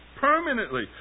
Permanently